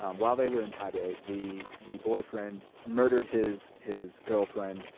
um while they were in taipei the the boyfriend murdered his his girlfriend,